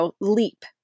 leap